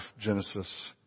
Genesis